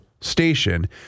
station